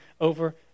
over